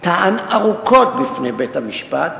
טען ארוכות בפני בית-המשפט,